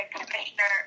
commissioner